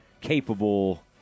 capable